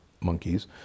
Monkeys